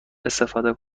استفاده